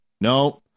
No